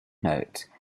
note